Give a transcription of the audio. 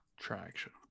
Traction